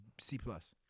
C-plus